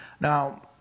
now